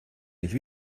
nicht